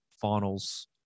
finals